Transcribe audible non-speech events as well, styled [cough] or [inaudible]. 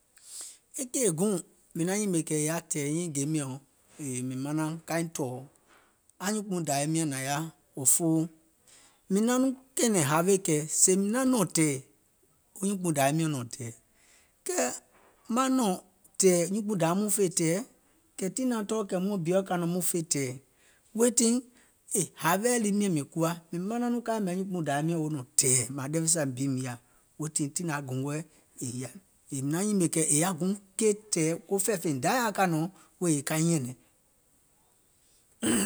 E kèì guùŋ mìŋ naŋ nyìmè kɛ̀ è yaȧ tɛ̀ɛ̀ nyiiŋ gèe miɔ̀ŋ, yèè mìŋ manaŋ kaiŋ tɔ̀ɔ̀ anyuùnkpùuŋ dȧwim nyȧŋ nȧŋ yaȧ, òfoo mìŋ naŋ nɔŋ kɛ̀ɛ̀nɛ̀ŋ hȧȧwe kɛ̀ sèè mìŋ naŋ nɔ̀ŋ tɛ̀ɛ̀, wo nyuùnkpùuŋ dȧwi miɔ̀ŋ nɔ̀ŋ tɛ̀ɛ̀, kɛɛ maŋ nɔ̀ŋ tɛ̀ɛ̀ nyuùnkpùuŋ dȧwi mɔɔ̀ŋ fè tɛ̀ɛ̀, kɛ̀ tii naŋ naŋ tɔɔ̀ kɛ̀ muȧŋ biɔ̀ kȧnɔ̀ɔŋ muŋ fè tɛ̀ɛ̀, weètii e hȧȧweɛ̀ lii miȧŋ mìŋ kuwa, mìŋ manaŋ nɔŋ kȧ yɛ̀mɛ̀ nyuùnkpùuŋ dȧwi miɔ̀ŋ wo nɔ̀ŋ tɛ̀ɛ̀ mȧȧŋ ɗeweɛ̀ sua miȧŋ bi miŋ yaȧ, weètii tii nȧŋ yaȧ gòngoɛ̀ è yȧm, yèè mìŋ naŋ nyìmè kɛ̀ è yaȧ guùŋ keì tɛ̀ɛ̀ ko fɛ̀ɛ̀fèìŋ Dayȧa kȧnɔ̀ɔŋ wèè kaiŋ nyɛ̀nɛŋ. [noise]